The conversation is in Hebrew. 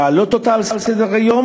להעלות אותה על סדר-היום.